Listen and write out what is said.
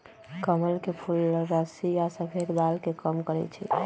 कमल के फूल रुस्सी आ सफेद बाल के कम करई छई